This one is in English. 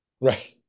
Right